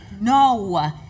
no